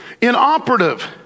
inoperative